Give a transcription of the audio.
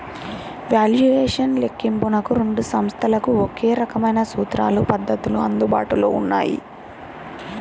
valuation లెక్కింపునకు రెండు సంస్థలకు ఒకే రకమైన సూత్రాలు, పద్ధతులు అందుబాటులో ఉన్నాయి